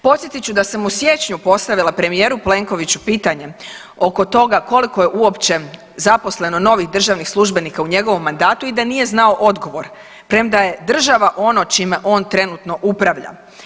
Podsjetit ću da sam u siječnju postavila premijeru Plenkoviću pitanje oko toga koliko je uopće zaposleno novih državnih službenika u njegovom mandatu i da nije znao odgovor, premda je država ono čime on trenutno upravlja.